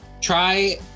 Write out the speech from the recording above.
try